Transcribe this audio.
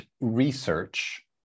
research